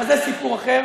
אבל זה סיפור אחר.